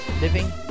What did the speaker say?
living